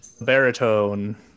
Baritone